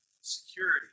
security